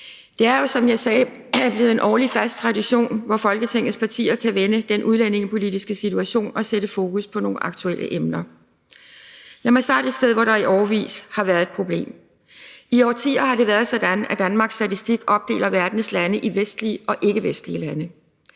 Det er jo, som jeg sagde, blevet en fast årlig tradition, hvor Folketingets partier kan vende den udlændingepolitiske situation og sætte fokus på nogle aktuelle emner. Lad mig starte et sted, hvor der i årevis har været et problem. I årtier har det været sådan, at Danmarks Statistik opdeler verdens lande i vestlige og ikkevestlige lande.